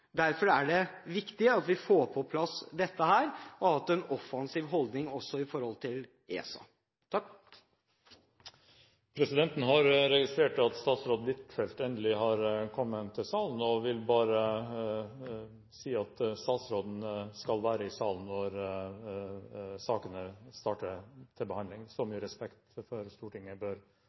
Derfor er det viktig at vi får på plass dette og har en offensiv holdning også til ESA. Presidenten har registrert at statsråd Huitfeldt endelig har kommet i salen og vil bare si at statsråden skal være i salen når man starter behandlingen av sakene. Så mye respekt for Stortinget